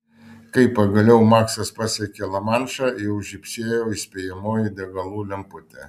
kai pagaliau maksas pasiekė lamanšą jau žybsėjo įspėjamoji degalų lemputė